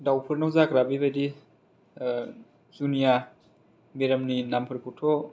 दाउफोरनाव जाग्रा बेबादि जुनिया बेरामनि नामफोरखौथ'